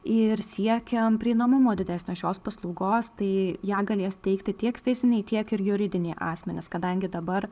ir siekian prieinamumo didesnės šios paslaugos tai ją galės teikti tiek fiziniai tiek ir juridiniai asmenys kadangi dabar